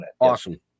Awesome